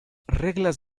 reglas